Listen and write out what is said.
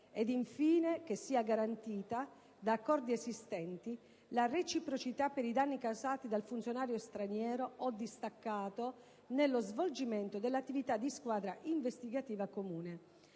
ed infine che sia garantita, da accordi esistenti, la reciprocità per i danni causati dal funzionario straniero o distaccato nello svolgimento dell'attività di squadra investigativa comune.